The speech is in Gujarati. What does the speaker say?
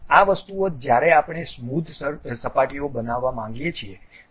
આ વસ્તુઓ જ્યારે આપણે સ્મૂથ્ડ સપાટીઓ બનાવવા માંગીએ છીએ ત્યારે આનો ઉપયોગ કરીએ છીએ